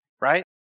Right